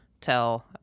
tell